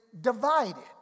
divided